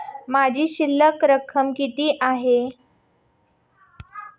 माझी शिल्लक रक्कम किती आहे?